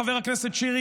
חבר הכנסת שירי,